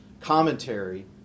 commentary